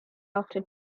after